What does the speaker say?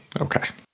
Okay